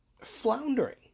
Floundering